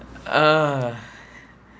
ah